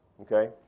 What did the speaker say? okay